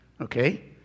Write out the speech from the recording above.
Okay